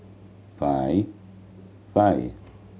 five five